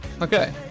Okay